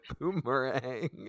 boomerang